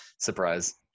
surprise